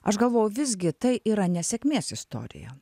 aš galvoju visgi tai yra nesėkmės istorija